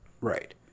Right